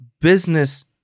business